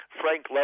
Frank